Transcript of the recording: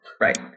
Right